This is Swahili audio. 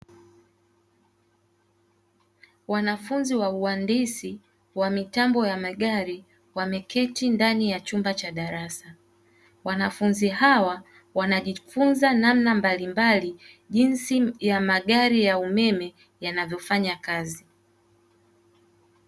Wanafunzi wa uhandisi wa mitambo ya magari wameketi ndani ya chumba cha darasa, wanafunzi hawa wanajifunza namna mbalimbali jinsi ya magari ya umeme yanavyofanya kazi.